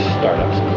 startups